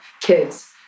kids